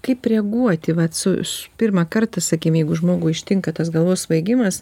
kaip reaguoti vat su pirmą kartą sakykim jeigu žmogų ištinka tas galvos svaigimas